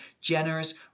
generous